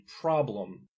problem